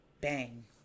bang